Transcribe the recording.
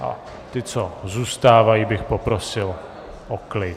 A ty, co zůstávají, bych poprosil o klid.